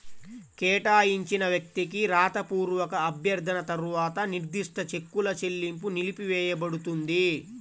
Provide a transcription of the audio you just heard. కేటాయించిన వ్యక్తికి రాతపూర్వక అభ్యర్థన తర్వాత నిర్దిష్ట చెక్కుల చెల్లింపు నిలిపివేయపడుతుంది